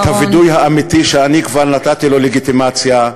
את הווידוי האמיתי שאני כבר נתתי לו לגיטימציה: